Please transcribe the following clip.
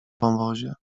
wąwozie